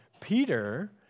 Peter